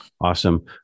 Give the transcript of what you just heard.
Awesome